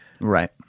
Right